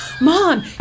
Mom